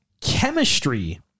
chemistry